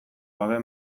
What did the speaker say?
gabe